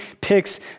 picks